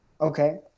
Okay